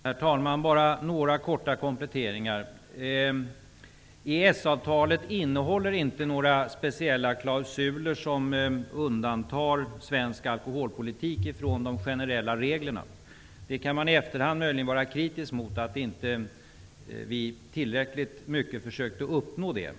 Herr talman! Jag vill bara göra några korta kompletteringar. EES-avtalet innehåller inte några speciella klausuler som undantar svensk alkoholpolitik från de generella reglerna. Man kan i efterhand möjligen vara kritisk mot att vi inte tillräckligt mycket försökte uppnå det.